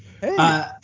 Hey